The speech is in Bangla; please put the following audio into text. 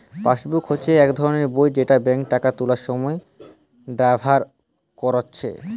পাসবুক হচ্ছে এক ধরণের বই যেটা বেঙ্কে টাকা তুলার সময় ব্যাভার কোরছে